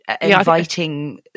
inviting